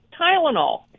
tylenol